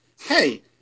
hey